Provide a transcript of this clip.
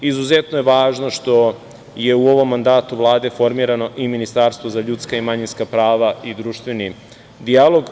Izuzetno je važno što je u ovom mandatu Vlade formirano i Ministarstvo za ljudska i manjinska prava i društveni dijalog.